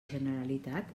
generalitat